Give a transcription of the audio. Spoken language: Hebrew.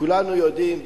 כולנו יודעים,